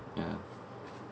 ya